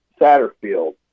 Satterfield